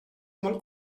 molt